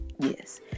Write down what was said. Yes